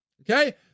Okay